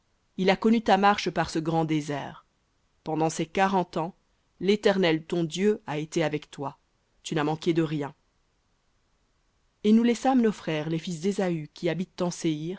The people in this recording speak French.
il a connu ta marche par ce grand désert pendant ces quarante ans l'éternel ton dieu a été avec toi tu n'as manqué de rien et nous laissâmes nos frères les fils d'ésaü qui habitent en